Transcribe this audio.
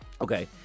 Okay